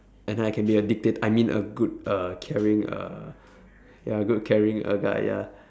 and I can be a dictat~ I mean a good uh caring err ya good caring uh guy ya